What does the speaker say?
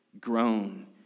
grown